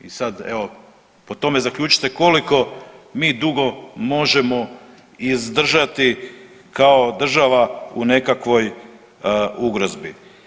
I sad evo po tome zaključite koliko mi dugo možemo izdržati kao država u nekakvoj ugrozbi.